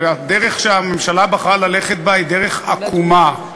הדרך שהממשלה בחרה ללכת בה היא דרך עקומה.